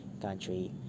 country